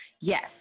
Yes